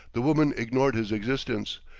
the woman ignored his existence.